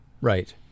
right